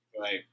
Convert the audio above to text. Right